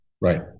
Right